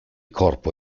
corpo